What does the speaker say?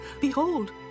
Behold